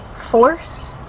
force